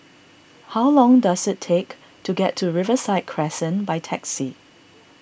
how long does it take to get to Riverside Crescent by taxi